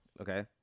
Okay